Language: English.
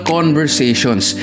Conversations